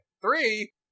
Three